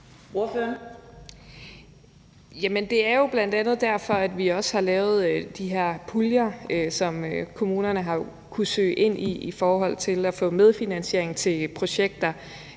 Det er jo bl.a. derfor, vi også har lavet de her puljer, som kommunerne har kunnet søge fra for at få medfinansiering til projekter.